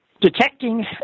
detecting